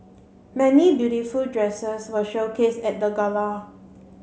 many beautiful dresses were showcased at the gala